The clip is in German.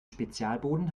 spezialboden